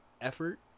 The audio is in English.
effort